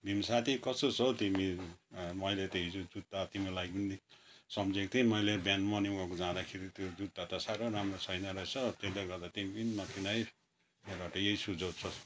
भिम साथी कस्तो छौ हौ तिमी मैले त हिजो जुत्ता तिम्रो लागि पनि सम्झेको थिएँ मैले बिहान मर्निङ वाक जाँदाखेरि त्यो जुत्ता त साह्रो राम्रो छैन रहेछ त्यसले गर्दा तिमी पनि नकिन है मबाट यही सुझाउ छ